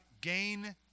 gain